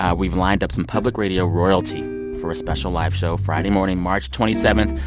ah we've lined up some public radio royalty for a special live show friday morning, march twenty seven.